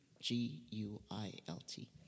G-U-I-L-T